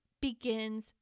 begins